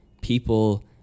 people